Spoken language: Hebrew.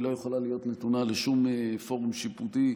היא לא יכולה להיות נתונה לשום פורום שיפוטי.